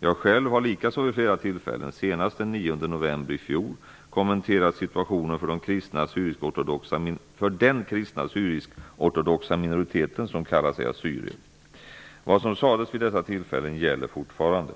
Jag själv har likaså vid flera tillfällen, senast den 9 november i fjol, kommenterat situationen för den kristna syrisk-ortodoxa minoritet som kallar sig assyrier. Vad som sades vid dessa tillfällen gäller fortfarande.